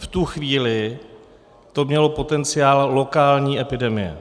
V tu chvíli to mělo potenciál lokální epidemie.